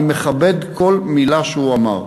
אני מכבד כל מילה שהוא אמר,